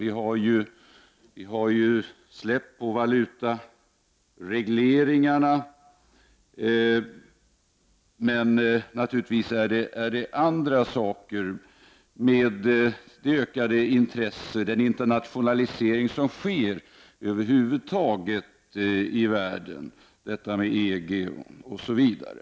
Vi har ju släppt på valutaregleringarna, men givetvis spelar även annat in, såsom det ökade intresset, den internationalisering som sker i världen över huvud taget, utvecklingen i fråga om EG, osv.